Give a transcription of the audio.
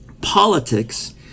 Politics